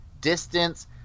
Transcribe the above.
distance